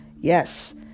Yes